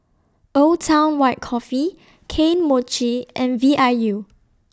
Old Town White Coffee Kane Mochi and V I U